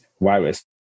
virus